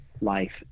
life